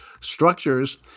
structures